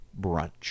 brunch